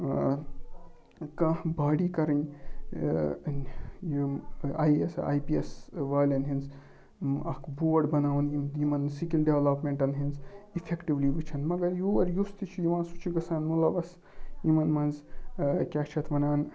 کانٛہہ باڈی کَرٕنۍ یِم I S I P S والٮ۪ن ہِنٛز اَکھ بورڈ بَناوُن یِم یِمَن سِکِل ڈٮ۪ولَپمٮ۪نٹَن ہِنٛز اِفٮ۪کٹِولی وٕچھَن مگر یور یُس تہِ چھُ یِوان سُہ چھُ گژھان مُلوَث یِمَن منٛز کیٛاہ چھِ اَتھ وَنان